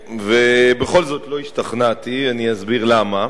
ובכל זאת לא השתכנעתי, אני אסביר למה.